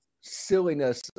silliness